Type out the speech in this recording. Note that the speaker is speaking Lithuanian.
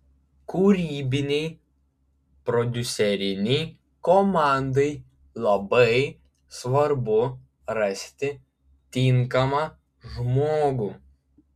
kūrybinei prodiuserinei komandai labai svarbu rasti tinkamą žmogų